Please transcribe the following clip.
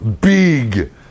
big